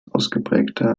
ausgeprägter